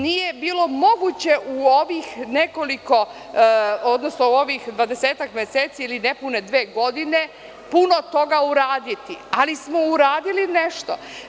Nije bilo moguće u ovih nekoliko, odnosno u ovih dvadesetak meseci ili nepune dve godine puno toga uraditi, ali smo uradili nešto.